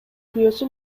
күйөөсү